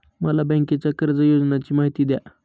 मला बँकेच्या कर्ज योजनांची माहिती द्या